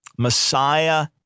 Messiah